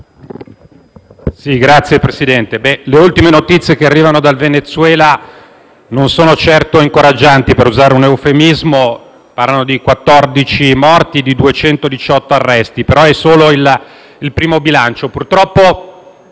Signor Presidente, le ultime notizie che arrivano dal Venezuela non sono certo incoraggianti, per usare un eufemismo; parlano di 14 morti e di 218 arresti. Si tratta però solamente del primo bilancio,